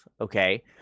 Okay